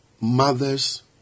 mothers